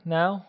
now